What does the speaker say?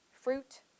fruit